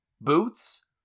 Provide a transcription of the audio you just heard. boots